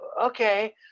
okay